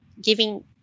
giving